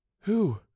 Who